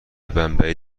بمبئی